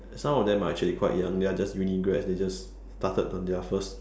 some of them are actually quite young they are just uni grads they just started on their first